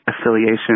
affiliation